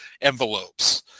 envelopes